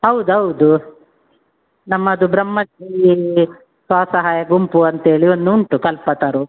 ಹೌದ್ ಔದು ನಮ್ಮದು ಬ್ರಹ್ಮಗಿರಿ ಸ್ವಸಹಾಯ ಗುಂಪು ಅಂತೇಳಿ ಒಂದು ಉಂಟು ಕಲ್ಪತರು